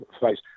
face